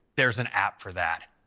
there's an app for that.